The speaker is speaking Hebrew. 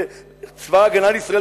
שצבא-הגנה לישראל,